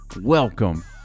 Welcome